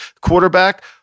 quarterback